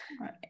right